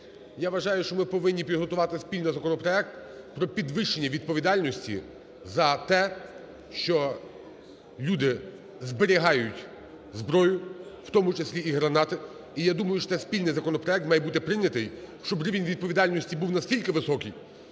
Я вважаю, що ми повинні підготувати спільний законопроект про підвищення відповідальності за те, що люди зберігають зброю, в тому числі і гранати, і я думаю, що це спільний законопроект має бути прийнятий, щоб рівень відповідальності був настільки високий,